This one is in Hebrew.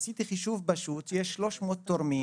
עשיתי חישוב פשוט: יש 300 תורמים,